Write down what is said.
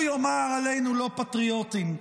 הוא יאמר עלינו לא פטריוטים.